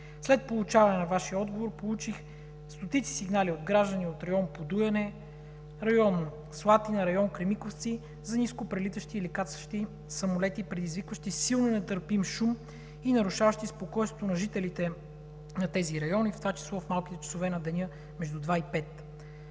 След получаване на Вашия отговор получих стотици сигнали от граждани от район „Подуяне“, район „Слатина“, район „Кремиковци“ за ниско прелитащи или кацащи самолети, предизвикващи силно нетърпим шум и нарушаващи спокойствието на жителите на тези райони, в това число в малките часове на деня – между 2,00 ч.